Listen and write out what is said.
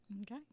Okay